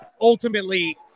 Ultimately